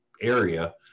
area